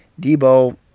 Debo